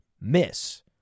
miss